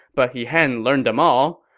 but he hadn't learned them all.